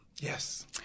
Yes